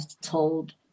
told